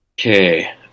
Okay